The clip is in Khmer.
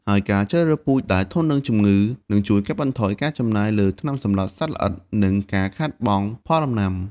ហើយការជ្រើសរើសពូជដែលធន់នឹងជំងឺ នឹងជួយកាត់បន្ថយការចំណាយលើថ្នាំសម្លាប់សត្វល្អិត និងការខាតបង់ផលដំណាំ។